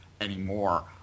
anymore